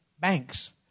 banks